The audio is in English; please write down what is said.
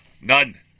None